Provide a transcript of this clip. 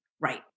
Right